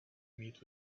meet